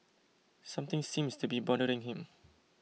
something seems to be bothering him